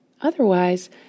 Otherwise